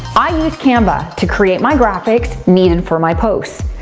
i use canva to create my graphics needed for my posts.